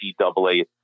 NCAA